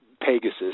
Pegasus